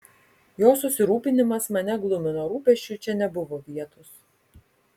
jo susirūpinimas mane glumino rūpesčiui čia nebuvo vietos